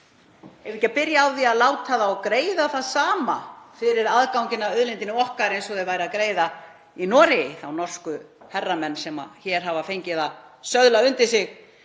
við ekki að byrja á því að láta þá greiða það sama fyrir aðganginn að auðlindinni okkar eins og þeir væru að greiða í Noregi, þá norsku herramenn sem hér hafa fengið að söðla undir sig